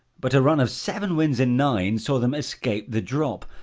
but a run of seven wins in nine saw them escape the drop.